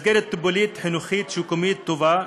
מסגרת טיפולית חינוכית שיקומית טובה.